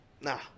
Nah